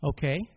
Okay